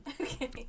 Okay